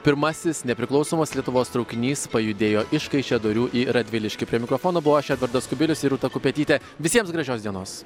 pirmasis nepriklausomos lietuvos traukinys pajudėjo iš kaišiadorių į radviliškį prie mikrofono buvau aš edvardas kubilius ir rūta kupetytė visiems gražios dienos